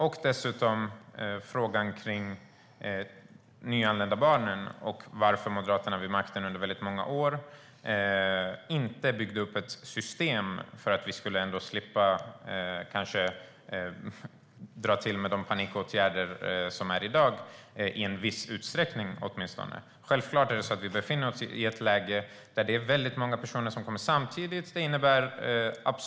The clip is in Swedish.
Den andra frågan gäller de nyanlända barnen och varför Moderaterna under många år vid makten inte byggde upp ett system så att vi åtminstone till viss del kunde ha sluppit dagens panikåtgärder. Självklart befinner vi oss i ett läge där väldigt många personer kommer samtidigt.